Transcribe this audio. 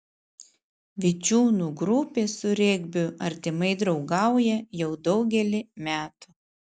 vičiūnų grupė su regbiu artimai draugauja jau daugelį metų